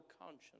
conscience